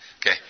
okay